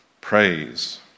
Praise